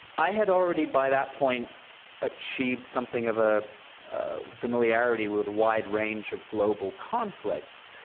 i had already by that point achieved something of ah a familiarity with a wide range of global conflicts,